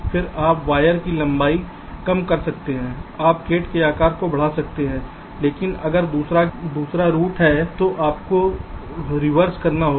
फिर आप वायर की लंबाई कम कर सकते हैं आप गेट के आकार को बढ़ा सकते हैं लेकिन अगर दूसरा रूट है तो आपको रिवर्स करना होगा